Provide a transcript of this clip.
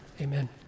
Amen